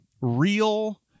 real